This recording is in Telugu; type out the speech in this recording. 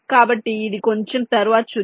కాబట్టి ఇది కొంచెం తరువాత చూద్దాం